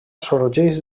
sorgeix